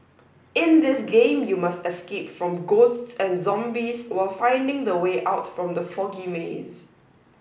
in this game you must escape from ghosts and zombies while finding the way out from the foggy maze